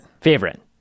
favorite